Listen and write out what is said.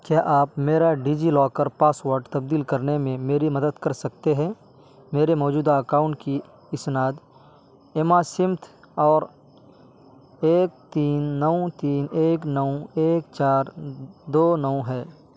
کیا آپ میرا ڈیجی لاکر پاسورڈ تبدیل کرنے میں میری مدد کر سکتے ہیں میرے موجودہ اکاؤنٹ کی اسناد ایما سمتھ اور ایک تین نو تین ایک نو ایک چار دو نو ہے